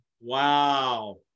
Wow